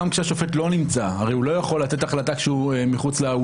הרי אין מחלוקת מה היא כוונת המחוקק בחוק כפי שהוא קיים כבר היום.